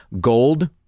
gold